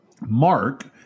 Mark